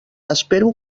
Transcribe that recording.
espero